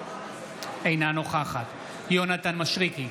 אינה נוכחת יונתן מישרקי,